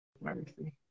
mercy